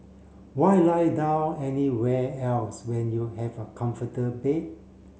why lie down anywhere else when you have a comforted bed